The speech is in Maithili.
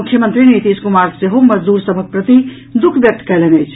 मुख्यमंत्री नीतीश कुमार सेहा मजदूर सभक प्रति दुःख व्यक्त कयलनि अछि